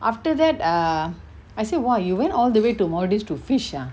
after that err I say !wah! you went all the way to maldives to fish ah